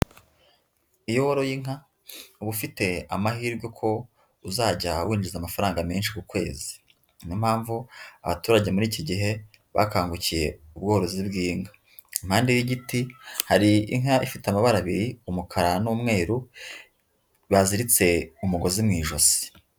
Iyo waroye inka uba ufite amahirwe ko uzajya a winjiza amafaranga menshi ku kwezi, ni yo mpamvu abaturage muri iki gihe bakangukiye ubworozi bw'inka, impande y'igiti hari inka ifite amabara abiri, umukara n'umweru baziritse umugozi mu ijosi.